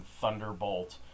thunderbolt